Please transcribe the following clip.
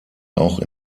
auch